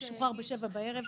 הוא שוחרר בשבע בערב.